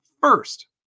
first